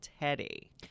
Teddy